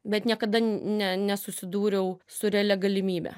bet niekada ne nesusidūriau su realia galimybe